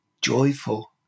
joyful